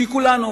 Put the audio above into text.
שכולנו,